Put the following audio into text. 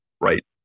right